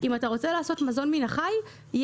אם אתה רוצה לעשות מזון מן החי זה